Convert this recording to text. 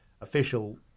official